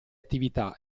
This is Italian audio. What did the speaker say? attività